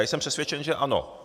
Jsem přesvědčen, že ano.